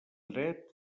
dret